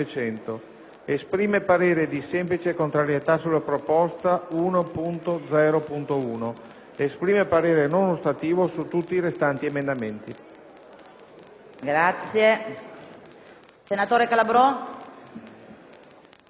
Esprime parere di semplice contrarietà sulla proposta 1.0.1. Esprime parere non ostativo su tutti i restanti emendamenti».